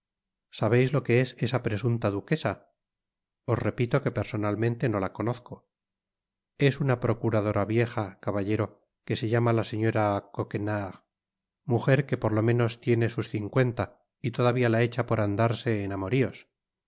sabeis lo que es esa presunta duquesa os repito que personalmente no la conozco es na procuradora vieja canauerp que se llama la señora coqnenard mujer que por lo menos tiene sus cincuenta y todavia la echa por andarse en amoríos